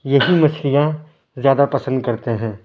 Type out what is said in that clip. یہی مچھلیاں زیادہ پسند کرتے ہیں